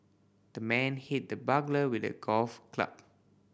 the man hit the burglar with a golf club